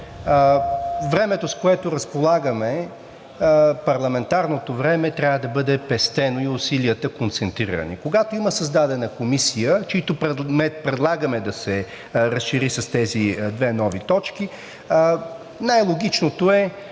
времето, с което разполагаме, парламентарното време трябва да бъде пестено и усилията – концентрирани. Когато има създадена комисия, чийто предмет предлагаме да се разшири с тези две нови точки, най-логичното е